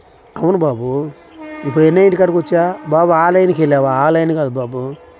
అవును బాబు ఇప్పుడెన్నో ఇంటికాడకి వచ్చాను బాబు ఆ లైన్కి వెళ్ళావా ఆ లైన్ కాదు బాబు